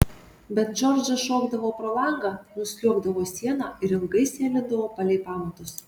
bet džordžas šokdavo pro langą nusliuogdavo siena ir ilgai sėlindavo palei pamatus